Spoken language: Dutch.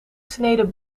sneden